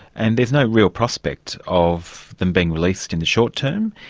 and there's no real prospect of them being released in the short-term,